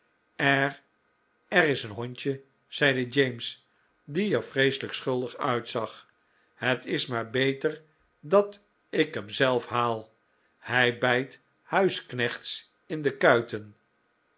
er is een hondje zeide james die er vreeselijk schuldig uitzag het is maar beter dat ik hem zelf haal hij bijt huisknechts in de kuiten